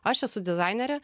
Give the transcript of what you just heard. aš esu dizainerė